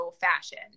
fashion